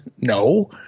No